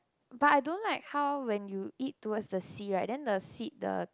but I don't like how when you eat towards the seed right then the seed the